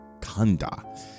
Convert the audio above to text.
kanda